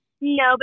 No